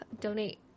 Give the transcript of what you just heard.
donate